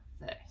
first